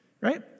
right